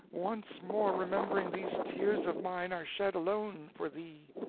once more remembering these tears of mine are shed alone for thee,